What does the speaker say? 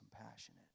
compassionate